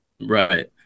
Right